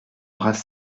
bras